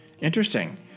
Interesting